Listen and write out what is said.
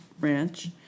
Ranch